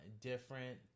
different